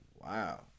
Wow